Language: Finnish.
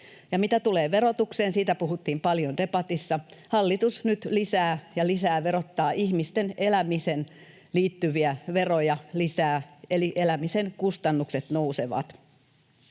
Mitä tulee verotukseen — siitä puhuttiin paljon debatissa — hallitus verottaa nyt lisää, lisää ihmisten elämiseen liittyviä veroja, eli elämisen kustannukset nousevat.